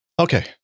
Okay